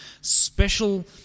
special